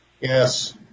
Yes